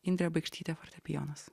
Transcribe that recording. indrė baikštytė fortepijonas